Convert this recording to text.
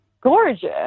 gorgeous